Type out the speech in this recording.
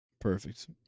Perfect